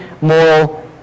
moral